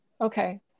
okay